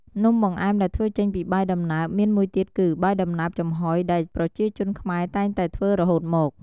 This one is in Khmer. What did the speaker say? នំបង្អែមដែលធ្វើចេញពីបាយដំណើបមានមួយទៀតគឺ បាយដំណើបចំហុយ ដែលប្រជាជនខ្មែរតែងតែធ្វើរហូតមក។